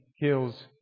kills